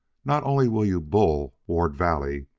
not only will you bull ward valley,